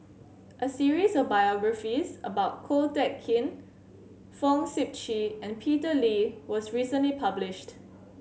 a series of biographies about Ko Teck Kin Fong Sip Chee and Peter Lee was recently published